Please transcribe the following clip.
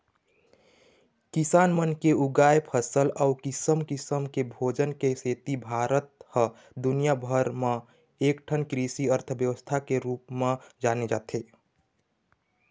किसान मन के उगाए फसल अउ किसम किसम के भोजन के सेती भारत ह दुनिया भर म एकठन कृषि अर्थबेवस्था के रूप म जाने जाथे